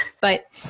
But-